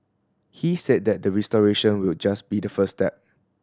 he said that the restoration will just be the first step